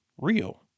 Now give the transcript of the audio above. real